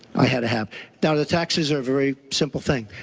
i had to have now the taxes are a very simple thing.